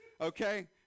Okay